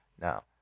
Now